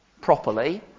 properly